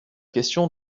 question